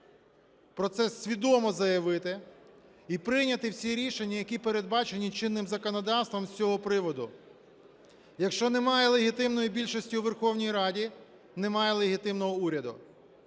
про це свідомо заявити і прийняти всі рішення, які передбачені чинним законодавством з цього приводу. Якщо немає легітимної більшості у Верховній Раді, немає легітимного уряду